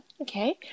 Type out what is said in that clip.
okay